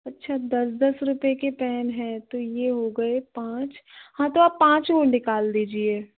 अच्छा दस दस रुपए के पेन हैं तो यह हो गए पाँच हाँ तो आप पाँच और निकाल दीजिए